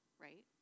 right